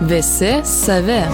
visi savi